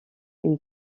une